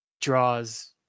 draws